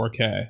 4K